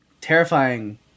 terrifying